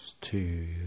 two